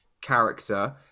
character